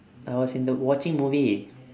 I was in the watching movie